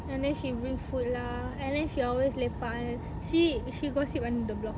and then she bring food lah and then she always lepak and she she gossip under the block